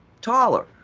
taller